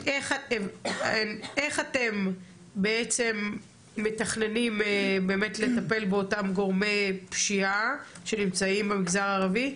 איך אתם מתכננים לטפל באותם גורמי פשיעה שנמצאים במגזר הערבי,